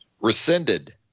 rescinded